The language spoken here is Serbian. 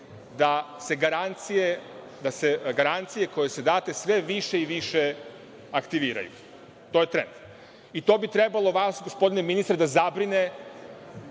da se garancije koje su date sve više i više aktiviraju. To je trend i to bi trebalo vas, gospodine ministre, da zabrine